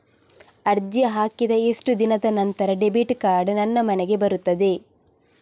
ಅರ್ಜಿ ಹಾಕಿದ ಎಷ್ಟು ದಿನದ ನಂತರ ಡೆಬಿಟ್ ಕಾರ್ಡ್ ನನ್ನ ಮನೆಗೆ ಬರುತ್ತದೆ?